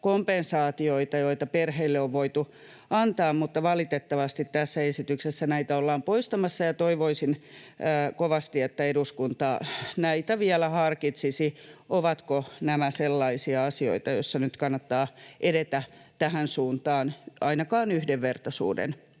kompensaatioita, joita perheille on voitu antaa, mutta valitettavasti tässä esityksessä näitä ollaan poistamassa. Toivoisin kovasti, että eduskunta vielä harkitsisi, ovatko nämä sellaisia asioita, joissa nyt kannattaa edetä tähän suuntaan, ainakaan yhdenvertaisuuden